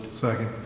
Second